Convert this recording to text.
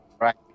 right